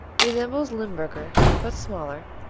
resembles limburger, but smaller,